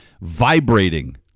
vibrating